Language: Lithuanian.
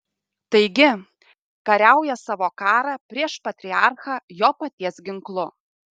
taigi kariauja savo karą prieš patriarchą jo paties ginklu